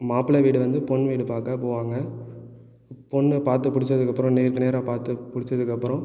மாப்பிள்ளை வீடு வந்து பெண்ணு வீடு பார்க்க போவாங்க பெண்ணு பார்த்து பிடிச்சதுக்கப்புறம் நேருக்கு நேராக பார்த்து பிடிச்சதுக்கப்புறம்